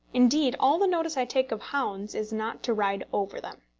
indeed all the notice i take of hounds is not to ride over them.